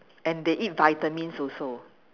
and they eat vitamins also